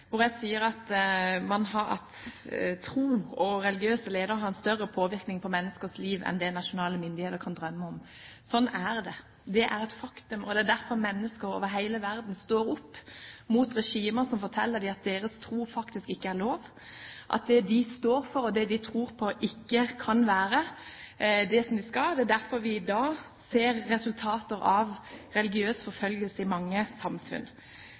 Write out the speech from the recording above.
jeg sa i mitt innlegg at tro og religiøse ledere har en større påvirkning på menneskers liv enn det nasjonale myndigheter kan drømme om. Sånn er det. Det er et faktum, og det er derfor mennesker over hele verden står opp mot regimer som forteller dem at deres tro faktisk ikke er lov, at det de står for, og det de tror på, ikke er slik som det skal være. Det er derfor vi i dag ser resultater av religiøs forfølgelse i mange samfunn.